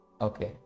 okay